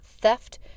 theft